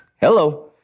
hello